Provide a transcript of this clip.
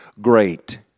great